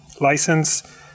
license